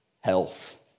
health